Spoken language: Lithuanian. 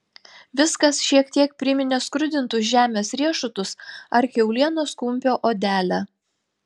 viskas šiek tiek priminė skrudintus žemės riešutus ar kiaulienos kumpio odelę